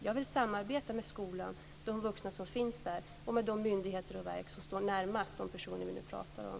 Jag vill samarbeta med skolan, med de vuxna som finns där och med de verk och myndigheter som står närmast de personer som vi nu pratar om.